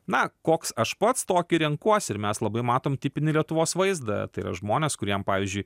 na koks aš pats tokį renkuosi ir mes labai matom tipinį lietuvos vaizdą tai yra žmonės kuriem pavyzdžiui